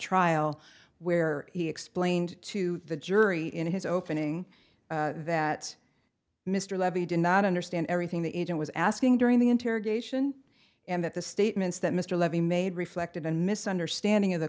trial where he explained to the jury in his opening that mr levy did not understand everything the agent was asking during the interrogation and that the statements that mr levy made reflected a misunderstanding of the